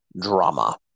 drama